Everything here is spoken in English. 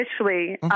initially